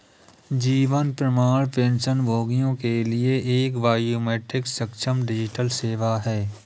जीवन प्रमाण पेंशनभोगियों के लिए एक बायोमेट्रिक सक्षम डिजिटल सेवा है